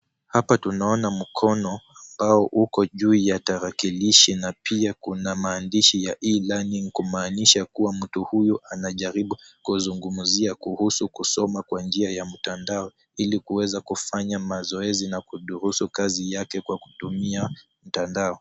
Hapa tunaona mkono ambao uko juu ya tarakilishi na pia kuna maandishi ya e-learning kumaanisha kuwa mtu huyu anajaribu kuzungumzia kuhusu kusoma kwa njia ya mtandao ili kuweza kufanya mazoezi na kudurusu kazi yake kwa kutumia mtandao.